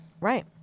Right